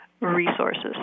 resources